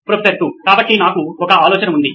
professor 2 కాబట్టి నాకు ఒక ఆలోచన ఉంది